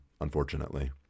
unfortunately